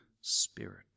Spirit